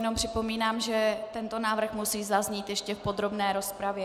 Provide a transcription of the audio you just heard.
Jenom připomínám, že tento návrh musí zaznít ještě v podrobné rozpravě.